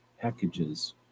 packages